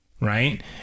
right